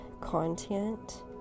content